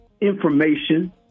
information